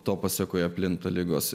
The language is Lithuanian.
to pasekoje plinta ligos